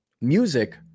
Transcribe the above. music